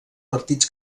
partits